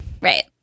Right